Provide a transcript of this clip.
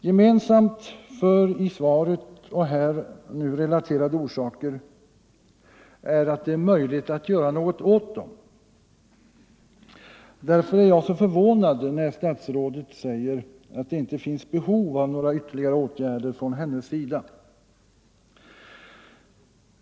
Gemensamt för i svaret och här relaterade orsaker är att det är möjligt att göra något åt dem. Därför är jag så förvånad när statsrådet säger att det inte finns behov av några ytterligare åtgärder från hennes sida.